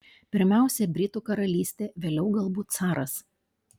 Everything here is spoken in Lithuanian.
pirmiausia britų karalystė vėliau galbūt caras